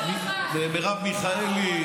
למה אתה אחראי?